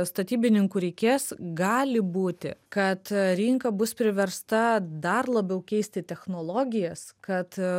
statybininkų reikės gali būti kad rinka bus priversta dar labiau keisti technologijas kad